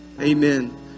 Amen